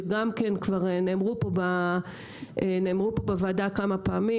שגם כן כבר נאמרו פה בוועדה כמה פעמים.